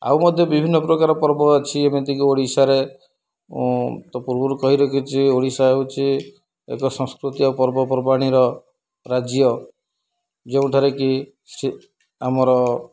ଆଉ ମଧ୍ୟ ବିଭିନ୍ନ ପ୍ରକାର ପର୍ବ ଅଛି ଏମିତିକି ଓଡ଼ିଶାରେ ତ ପୂର୍ବରୁ କହି ରଖିଛି ଓଡ଼ିଶା ହେଉଛି ଏକ ସଂସ୍କୃତି ଆଉ ପର୍ବପର୍ବାଣୀର ରାଜ୍ୟ ଯେଉଁଠାରେ କି ଆମର